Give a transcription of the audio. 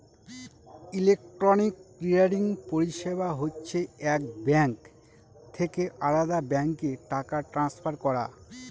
electronic clearing পরিষেবা হচ্ছে এক ব্যাঙ্ক থেকে আলদা ব্যাঙ্কে টাকা ট্রান্সফার করা